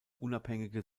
unabhängige